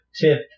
tip